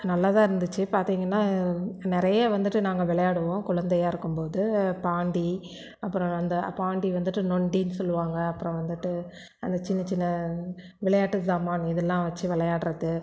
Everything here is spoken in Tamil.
நல்லாதான் இருந்துச்சு பார்த்திங்கன்னா நிறைய வந்துட்டு நாங்கள் விளையாடுவோம் குழந்தையாக இருக்கும்போது பாண்டி அப்புறம் அந்த பாண்டி வந்துட்டு நொண்டின்னு சொல்லுவாங்கள் அப்புறம் வந்துட்டு அந்த சின்ன சின்ன விளையாட்டு சாமான் இதெலாம் வச்சு விளையாட்றது